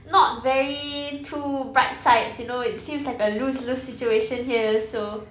not very two bright sides you know it seems like a lose lose situation here so